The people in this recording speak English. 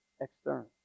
external